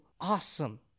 awesome